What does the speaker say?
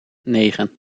negen